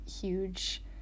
huge